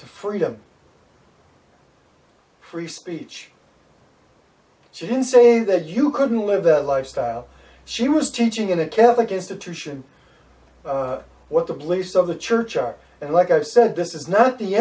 to freedom free speech she didn't say that you couldn't live that lifestyle she was teaching in a catholic institution what the police of the church are and like i said this is not the